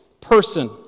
person